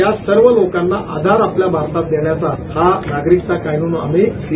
या सर्व लोकांना आधार आपल्या भारतात देण्याचा हा नागरिकत्व कानून आम्ही सी